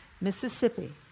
Mississippi